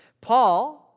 Paul